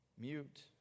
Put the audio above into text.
mute